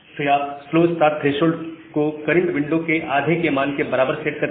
फिर आप slow start threshold को करंट विंडो के आधे के मान के बराबर सेट करते हैं